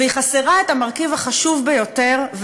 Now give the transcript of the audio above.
והיא חסרה את המרכיב החשוב ביותר,